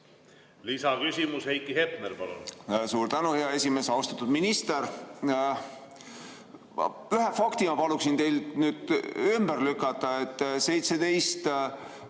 Lisaküsimus, Heiki Hepner, palun! Suur tänu, hea esimees! Austatud minister! Ühe fakti ma paluksin teil nüüd ümber lükata.